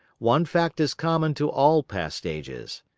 one fact is common to all past ages,